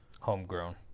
Homegrown